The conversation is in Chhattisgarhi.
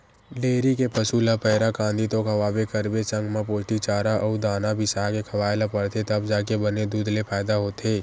डेयरी के पसू ल पैरा, कांदी तो खवाबे करबे संग म पोस्टिक चारा अउ दाना बिसाके खवाए ल परथे तब जाके बने दूद ले फायदा होथे